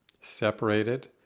separated